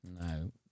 No